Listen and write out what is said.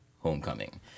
homecoming